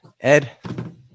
Ed